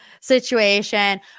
situation